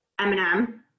Eminem